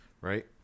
right